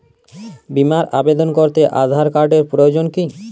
বিমার আবেদন করতে আধার কার্ডের প্রয়োজন কি?